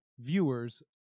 viewers